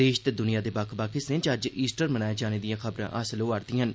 देश ते दुनिया दे बक्ख बक्ख हिस्सें च अज्ज ईस्टर मनाए जाने दिआं खबरां हासल होआ'रदिआं न